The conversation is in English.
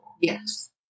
Yes